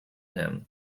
him